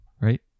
right